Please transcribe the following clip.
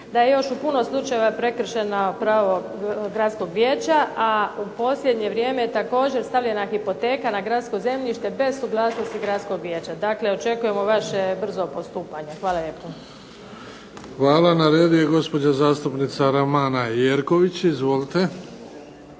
da je u još puno slučajeva prekršeno pravo gradskog vijeća, a u posljednje vrijeme također stavljena hipoteka na gradsko zemljište bez suglasnosti gradskog vijeća. Dakle, očekujemo vaše brzo postupanje. Hvala lijepo. **Bebić, Luka (HDZ)** Hvala. Na redu je gospođa zastupnica Romana Jerković. Izvolite.